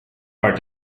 are